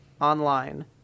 online